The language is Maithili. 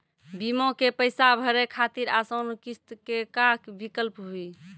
बीमा के पैसा भरे खातिर आसान किस्त के का विकल्प हुई?